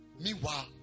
meanwhile